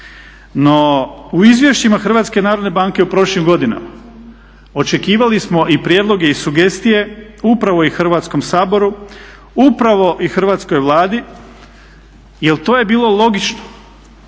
No u izvješćima Hrvatske narodne banke u prošlim godinama očekivali smo i prijedloge i sugestije upravo i Hrvatskom saboru, upravo i hrvatskoj Vladi jer to je bilo logično